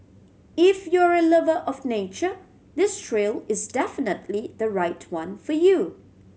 if you're a lover of nature this trail is definitely the right one for you